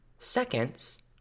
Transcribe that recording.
Seconds